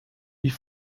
wie